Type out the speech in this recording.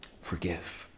Forgive